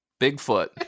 Bigfoot